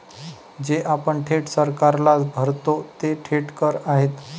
जे आपण थेट सरकारला भरतो ते थेट कर आहेत